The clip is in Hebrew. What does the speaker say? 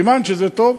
סימן שזה טוב.